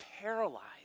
paralyzed